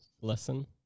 lesson